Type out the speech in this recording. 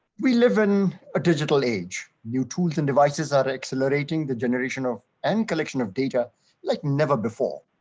we live in a digital age, new tools and devices are accelerating the generation of n collection of data like never before.